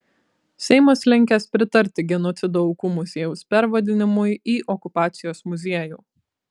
seimas linkęs pritarti genocido aukų muziejaus pervadinimui į okupacijos muziejų